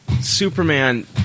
Superman